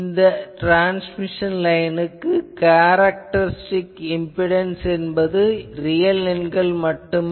இந்த ட்ரான்ஸ்மிஷன் லைனுக்கு characteristic impedance என்பது ரியல் எண்கள் மட்டுமே